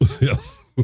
Yes